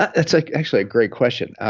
ah it's like actually a great question.